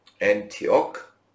antioch